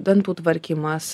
dantų tvarkymas